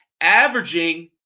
averaging